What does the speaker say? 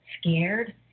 scared